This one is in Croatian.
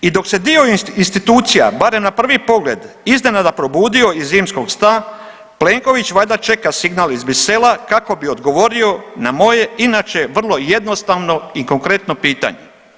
I dok se dio institucija barem na prvi pogled iznenada probudio iz zimskog sna Plenković valjda čega signal iz Brisela kako bi odgovorio na moje inače vrlo jednostavno i konkretno pitanje.